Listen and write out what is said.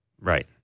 right